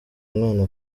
umwana